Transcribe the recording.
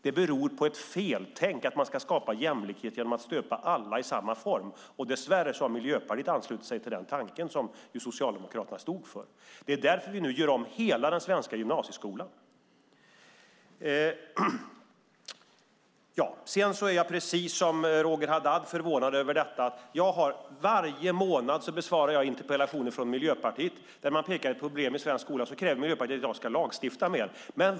Det beror på ett feltänk att man ska skapa jämlikhet genom att stöpa alla i samma form. Dess värre har Miljöpartiet anslutit sig till den tanken, som ju Socialdemokraterna stod för. Det är därför vi nu gör om hela den svenska gymnasieskolan. Precis som Roger Haddad är jag förvånad över Miljöpartiets inställning. Varje månad besvarar jag interpellationer från Miljöpartiet där man pekar på något problem i svensk skola. Så kräver Miljöpartiet att jag ska lagstifta mer.